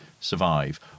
survive